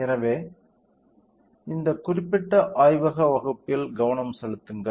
எனவே இந்த குறிப்பிட்ட ஆய்வக வகுப்பில் கவனம் செலுத்துங்கள்